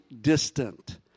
distant